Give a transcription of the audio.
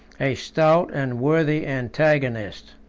a stout and worthy antagonist.